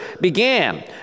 began